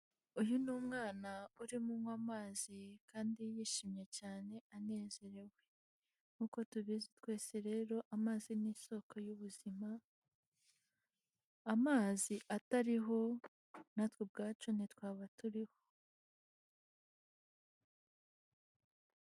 Uyu ni umwana urimo unywa amazi kandi yishimye cyane anezerewe, nkuko tubizi twese rero amazi ni isoko y'ubuzima, amazi atariho natwe ubwacu ntitwaba turiho.